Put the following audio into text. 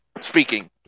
speaking